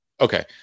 Okay